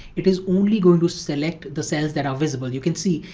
it is only going to select the cells that are visible. you can see,